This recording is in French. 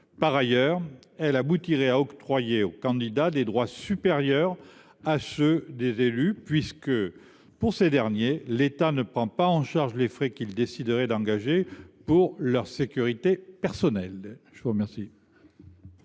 Par ailleurs, elle aboutirait à octroyer aux candidats des droits supérieurs à ceux des élus puisque, pour ces derniers, l’État ne prend pas en charge les frais qu’ils décideraient d’engager pour leur sécurité personnelle. Quel